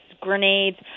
grenades